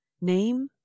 name